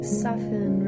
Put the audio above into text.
soften